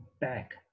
back